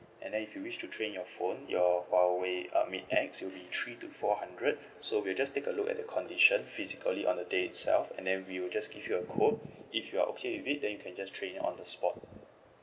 and then if you wish to trade in your phone your huawei uh mate X it'll be three to four hundred so we will just take a look at the condition physically on the day itself and then we will just give you a quote if you are okay with it then you can just trade in on the spot